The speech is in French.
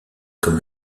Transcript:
comme